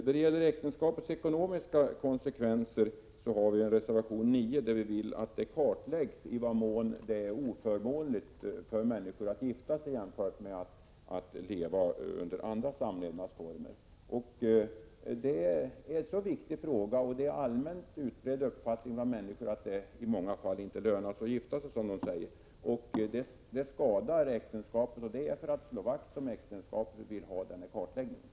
När det gäller äktenskapets ekonomiska konsekvenser har vi i reservation 9 yrkat att det skall kartläggas i vad mån det är oförmånligt för människor att gifta sig jämfört med att leva under andra samlevnadsformer. Det är en viktig fråga. Det är en utbredd uppfattning bland människor att det i många fall inte ”lönar sig” att gifta sig, som de säger, och det skadar äktenskapet. Det är för att slå vakt om äktenskapet vi vill ha till stånd den kartläggningen.